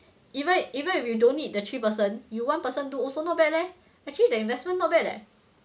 even even if you don't need the three person you one person do also not bad leh actually the investment not bad leh